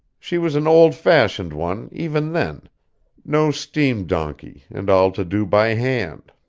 she was an old-fashioned one, even then no steam donkey, and all to do by hand.